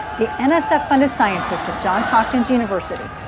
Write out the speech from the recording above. the and so nsf-funded scientists at johns hopkins university,